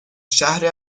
شهر